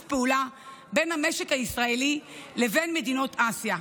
פעולה בין המשק הישראלי לבין מדינות אסיה.